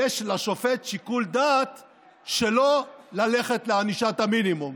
יש לשופט שיקול דעת שלא ללכת לענישת המינימום.